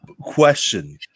question